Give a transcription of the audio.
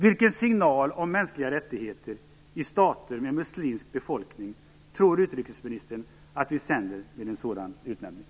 Vilken signal om mänskliga rättigheter i stater med muslimsk befolkning tror utrikesministern att vi sänder med en sådan utnämning?